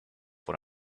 what